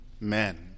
men